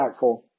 impactful